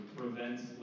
prevents